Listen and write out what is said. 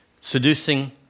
Seducing